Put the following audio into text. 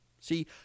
See